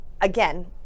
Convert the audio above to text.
again